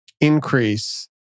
increase